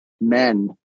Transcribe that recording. Men